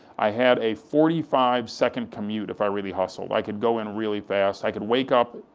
i had a forty five second commute, if i really hustled. i could go in really fast, i could wake up,